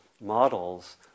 models